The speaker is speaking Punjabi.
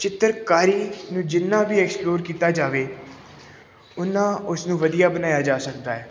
ਚਿੱਤਰਕਾਰੀ ਨੂੰ ਜਿੰਨਾ ਵੀ ਐਕਸਪਲੋਰ ਕੀਤਾ ਜਾਵੇ ਉੱਨਾਂ ਉਸਨੂੰ ਵਧੀਆ ਬਣਾਇਆ ਜਾ ਸਕਦਾ ਏ